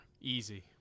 Easy